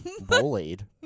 bullied